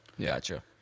gotcha